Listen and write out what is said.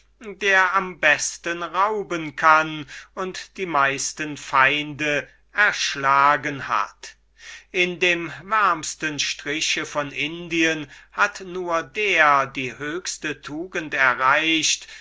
der am besten rauben kann und die meisten feinde erschlagen hat und in dem wärmsten striche von indien hat nur der die höchste tugend erreicht